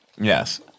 Yes